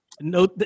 No